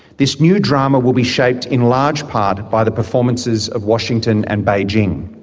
this new drama will be shaped in large part by the performances of washington and beijing.